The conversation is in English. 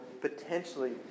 potentially